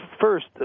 first